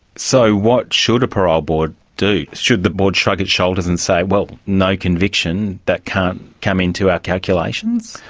so what should a parole board do? should the board shrug its shoulders and say, well, no conviction, that can't come into our calculations'?